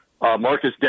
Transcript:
Marcus